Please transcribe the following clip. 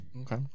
Okay